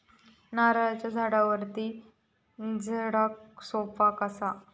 नारळाच्या झाडावरती चडाक सोप्या कसा?